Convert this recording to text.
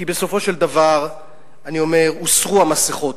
כי בסופו של דבר אני אומר: הוסרו המסכות,